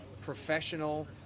professional